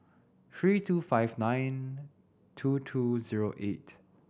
three two five nine two two zero eight